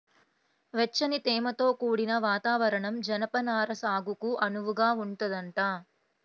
వెచ్చని, తేమతో కూడిన వాతావరణం జనపనార సాగుకు అనువుగా ఉంటదంట